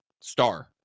Star